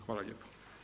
Hvala lijepa.